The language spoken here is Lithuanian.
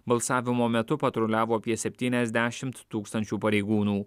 balsavimo metu patruliavo apie septyniasdešimt tūkstančių pareigūnų